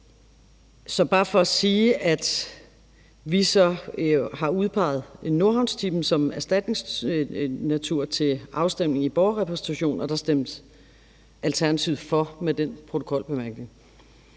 er bare for at sige, at vi så har udpeget Nordhavnstippen som erstatningsnatur og sat det til afstemning i borgerrepræsentationen, og der stemte Alternativet for med denne protokolbemærkning.